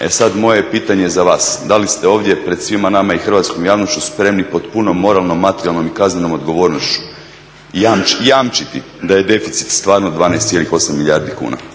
E sad, moje je pitanje za vas da li ste ovdje pred svima nama i hrvatskom javnošću spremni pod punom moralnom, materijalnom i kaznenom odgovornošću jamčiti da je deficit stvarno 12,8 milijardi kuna? **Zgrebec,